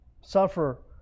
suffer